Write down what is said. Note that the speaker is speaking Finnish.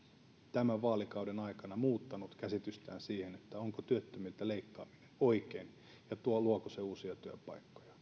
tämän vaalikauden aikana muuttanut käsitystään siitä onko työttömiltä leikkaaminen oikein ja luoko se uusia työpaikkoja